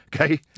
Okay